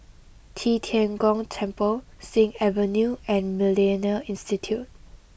Qi Tian Gong Temple Sing Avenue and Millennia Institute